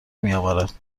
میآورد